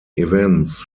events